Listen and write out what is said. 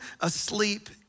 asleep